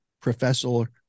Professor